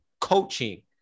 coaching –